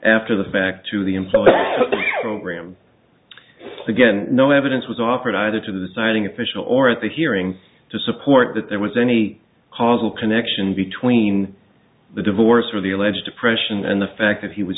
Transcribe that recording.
after the fact to the employer graham again no evidence was offered either to the citing official or at the hearing to support that there was any causal connection between the divorce or the alleged depression and the fact that he was